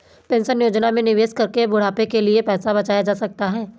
pension योजना में निवेश करके बुढ़ापे के लिए पैसा बचाया जा सकता है